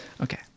Okay